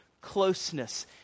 closeness